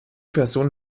personen